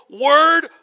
word